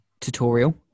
tutorial